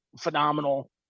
phenomenal